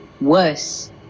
Worse